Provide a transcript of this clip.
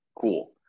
Cool